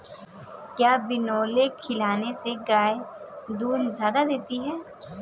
क्या बिनोले खिलाने से गाय दूध ज्यादा देती है?